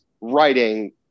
writing